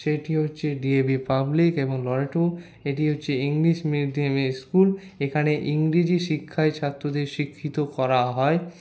সেটি হচ্ছে DAV public এবং লরেটো এটি হচ্ছে ইংলিশ মিডিয়াম স্কুল এখানে ইংরেজি শিক্ষায় ছাত্রদের শিক্ষিত করা হয়